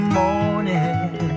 morning